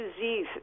disease